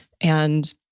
And-